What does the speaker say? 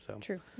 True